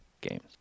games